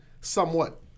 somewhat